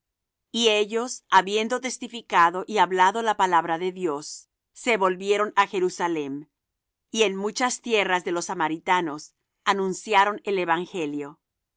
y ellos habiendo testificado y hablado la palabra de dios se volvieron á jerusalem y en muchas tierras de los samaritanos anunciaron el evangelio